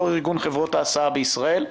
יושב-ראש ארגון חברות ההסעה בישראל.